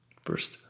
First